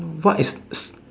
what is is